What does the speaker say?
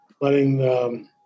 letting